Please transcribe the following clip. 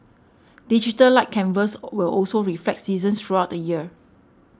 Digital Light Canvas will also reflect seasons throughout the year